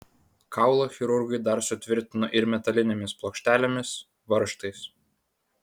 kaulą chirurgai dar sutvirtino ir metalinėmis plokštelėmis varžtais